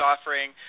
offering